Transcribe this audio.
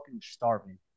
starving